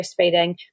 breastfeeding